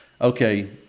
Okay